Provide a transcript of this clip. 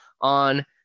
on